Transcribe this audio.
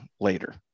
later